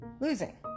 losing